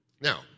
Now